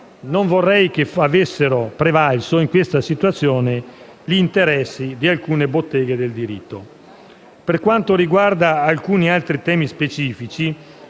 Non vorrei che prevalessero, in questa situazione, gli interessi di alcune botteghe del diritto. Per quanto riguarda alcuni altri temi specifici,